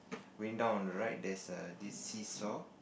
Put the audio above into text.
going down on the right there is a this seesaw